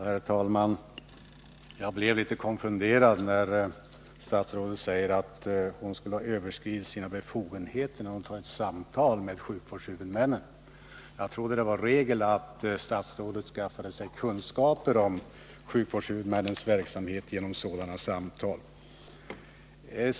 Herr talman! Jag blev litet konfunderad när statsrådet sade att hon hade överskridit sina befogenheter när hon samtalade med sjukvårdshuvudmännen. Jag trodde det var regel att statsrådet skaffade sig kunskaper om sjukvårdshuvudmännens verksamhet genom sådana samtal.